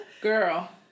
Girl